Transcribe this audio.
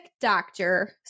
doctor